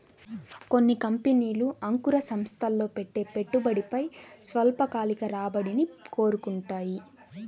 కొన్ని కంపెనీలు అంకుర సంస్థల్లో పెట్టే పెట్టుబడిపై స్వల్పకాలిక రాబడిని కోరుకుంటాయి